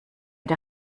der